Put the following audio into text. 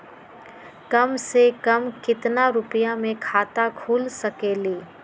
कम से कम केतना रुपया में खाता खुल सकेली?